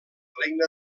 regne